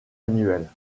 annuelle